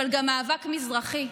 אבל גם מאבק מזרחי,